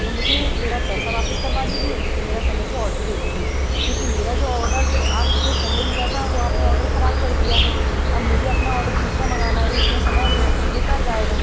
तो मुझे मेरा पैसा वापस करवा दीजिए नहीं तो मेरा समय से ऑडर भेज दीदिए क्योंकि मेरा जो ऑडर आपने पहले लिया था वो आपने ऑडर ख़राब कर दिया है अब मुझे अपना ऑडर दूसरा मंगाना है तो उस में समय बेकार जाएगा